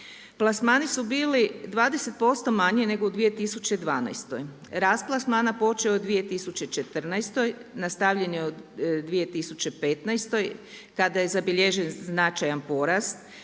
plasmani su bili 20% manji nego u 2012., rast plasmana počeo je 2014., nastavljen je u 2015. kada je zabilježen značajan porast,